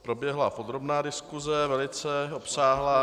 Proběhla podrobná diskuse, velice obsáhlá.